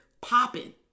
popping